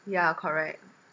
yeah correct